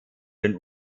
den